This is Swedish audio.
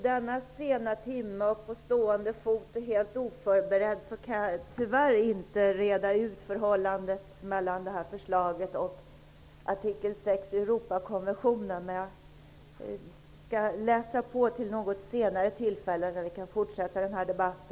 Herr talman! Vid denna sena timme och helt oförberedd kan jag tyvärr inte reda ut förhållandet mellan detta förslag och artikel 6 i Europakonventionen. Jag skall läsa på till något senare tillfälle, när vi kan fortsätta denna debatt.